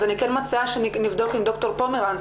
אז אני כן מציעה שנבדוק עם ד"ר פומרנץ,